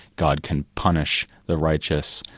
god can punish the righteous,